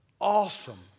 awesome